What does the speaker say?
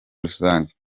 rusange